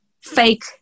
fake